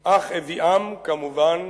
אך הביאם, כמובן,